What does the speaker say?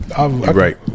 Right